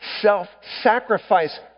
self-sacrifice